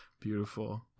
Beautiful